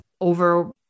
over